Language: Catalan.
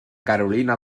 carolina